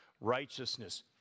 Righteousness